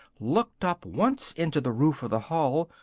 looked up once into the roof of the hall,